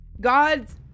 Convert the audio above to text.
God's